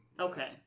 okay